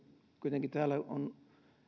kuitenkin täällä on